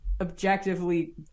objectively